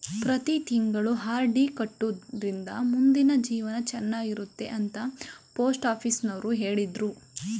ಪ್ರತಿ ತಿಂಗಳು ಆರ್.ಡಿ ಕಟ್ಟೊಡ್ರಿಂದ ಮುಂದಿನ ಜೀವನ ಚನ್ನಾಗಿರುತ್ತೆ ಅಂತ ಪೋಸ್ಟಾಫೀಸುನವ್ರು ಹೇಳಿದ್ರು